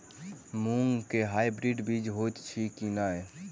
मूँग केँ हाइब्रिड बीज हएत अछि की नै?